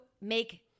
make